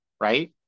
right